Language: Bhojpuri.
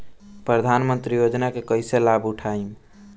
प्रधानमंत्री योजना के कईसे लाभ उठाईम?